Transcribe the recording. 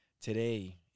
Today